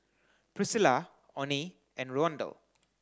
Priscila Oney and Rondal